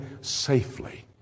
safely